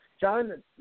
John